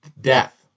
death